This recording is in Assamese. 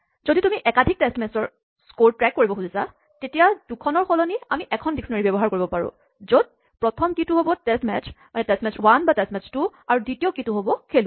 যদি তুমি একাধিক টেষ্ট মেট্ছৰ স্ক'ৰ ট্ৰেক কৰিব খুজিছা তেতিয়া দুখনৰ সলনি আমি এখন ডিস্কনেৰীঅভিধান ব্যৱহাৰ কৰিব পাৰোঁ য'ত প্ৰথম কীচাবিটো হ'ব টেষ্ট মেট্ছ টেষ্ট১ বা টেষ্ট২ আৰু দ্বিতীয় কীচাবিটো হ'ব খেলুৱৈ